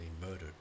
murdered